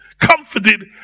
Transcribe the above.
comforted